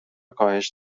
کاهش